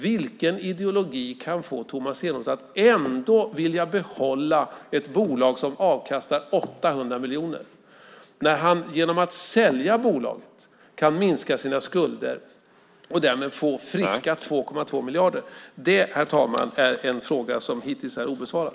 Vilken ideologi kan få Tomas Eneroth att ändå vilja behålla ett bolag som avkastar 800 miljoner, när han genom att sälja bolaget kan minska sina skulder och därmed få friska 2,2 miljarder? Det, herr talman, är en fråga som hittills är obesvarad.